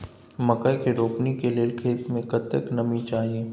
मकई के रोपनी के लेल खेत मे कतेक नमी चाही?